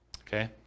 okay